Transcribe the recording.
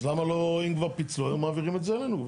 אז למה לא אם כבר פיצלו היו מעבירים את זה אלינו,